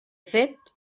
fet